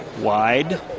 Wide